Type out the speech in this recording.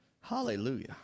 Hallelujah